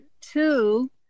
two